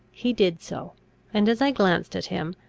he did so and, as i glanced at him,